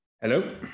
Hello